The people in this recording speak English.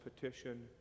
petition